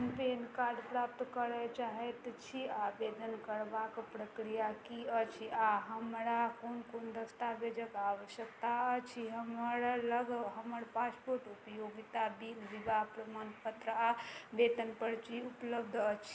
हम PAN card प्राप्त करै चाहै छी आवेदन करबाके प्रक्रिया कि अछि आओर हमरा कोन कोन दस्तावेजके आवश्यकता अछि हमरलग हमर पासपोर्ट उपयोगिता बिल विवाह प्रमाणपत्र आओर वेतन परची उपलब्ध अछि